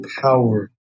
power